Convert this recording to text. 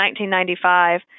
1995